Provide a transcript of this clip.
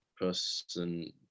person